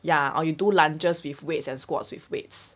ya or you do lunges with weights and squats with weights